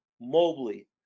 Mobley